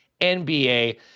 NBA